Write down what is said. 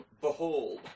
Behold